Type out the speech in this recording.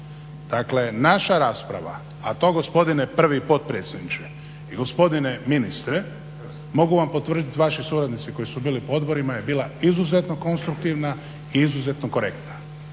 dakle naša rasprava, a to gospodine prvi potpredsjedniče i gospodine ministre mogu vam potvrdit vaši suradnici koji su bili po odborima, je bila izuzetno konstruktivna i izuzetno korektna.